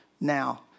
now